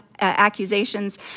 accusations